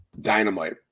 Dynamite